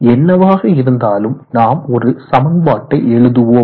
என்னவாக இருந்தாலும் நாம் ஒரு சமன்பாட்டை எழுதுவோம்